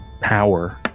power